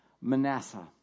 Manasseh